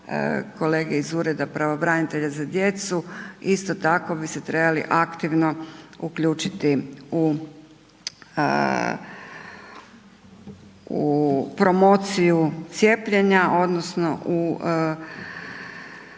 kolege iz Ureda pravobranitelja za djecu isto tako bi se trebali aktivno uključiti u promociju cijepljenja odnosno u